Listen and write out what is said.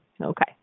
Okay